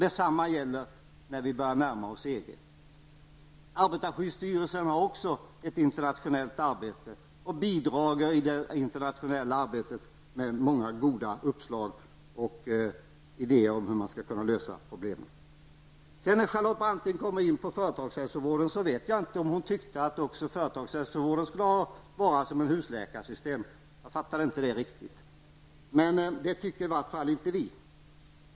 Detsamma gäller när vi börjar närma oss EG. Arbetarskyddsstyrelsen bedriver också ett internationellt arbete och bidrar i det arbetet med många goda uppslag och idéer om hur man skall lösa problemen. När Charlotte Branting kom in på företagshälsovården förstod jag inte riktigt om hon tyckte att även företagshälsovården skulle fungera som ett husläkarsystem. Det tycker i vart fall inte vi.